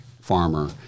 farmer